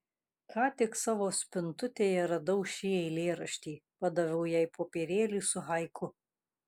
ką tik savo spintutėje radau šį eilėraštį padaviau jai popierėlį su haiku